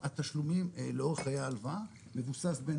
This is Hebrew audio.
התשלומים לאורך חיי ההלוואה מבוסס בין